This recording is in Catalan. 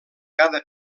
cada